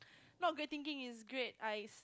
not great thinking is great ice